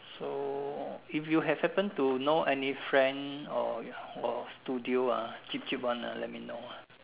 so if you have happen to know any friend or your or studio ah cheap cheap one ah let me know